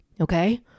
Okay